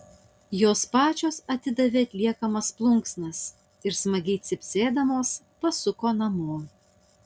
jos pačios atidavė atliekamas plunksnas ir smagiai cypsėdamos pasuko namo